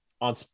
on